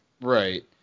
Right